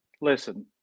Listen